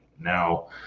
now